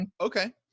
Okay